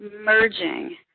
merging